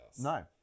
No